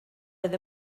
oedd